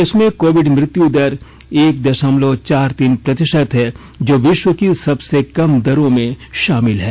देश में कोविड मुत्युदर एक दशमलव चार तीन प्रतिशत है जो विश्व की सबसे कम दरों में शामिल है